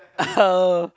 oh